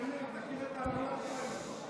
מוסלמים, תכיר את האמנה שלהם לפחות.